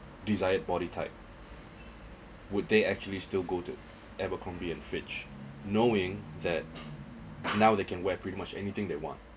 desired body type would they actually still go to abercrombie and fitch knowing that now they can wear pretty much anything they want